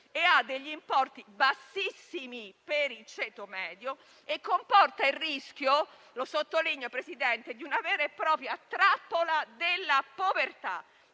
e ha degli importi bassissimi per il ceto medio e comporta il rischio - lo sottolineo, Presidente - di una vera e propria trappola della povertà